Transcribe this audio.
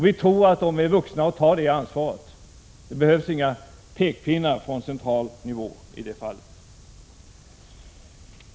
Vi tror att de är vuxna att ta det ansvaret. Det behövs inga pekpinnar från central nivå i det fallet.